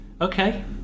okay